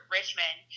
Richmond